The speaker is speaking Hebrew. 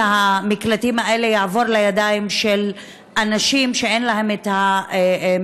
המקלטים האלה יעבור לידיים של אנשים שאין להם את המיומנויות,